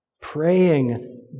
praying